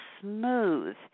smooth